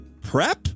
prep